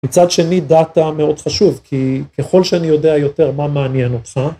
מצד שני דאטה מאוד חשוב כי ככל שאני יודע יותר מה מעניין אותך.